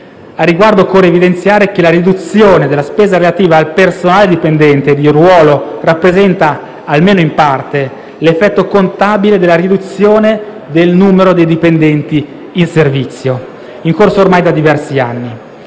Al riguardo, occorre evidenziare che la riduzione della spesa relativa al personale dipendente di ruolo rappresenta, almeno in parte, l'effetto contabile della riduzione del numero dei dipendenti in servizio, in corso ormai da diversi anni.